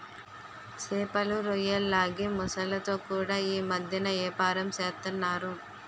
సేపలు, రొయ్యల్లాగే మొసల్లతో కూడా యీ మద్దెన ఏపారం సేస్తన్నారు